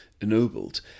ennobled